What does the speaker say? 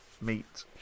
meet